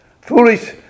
Foolish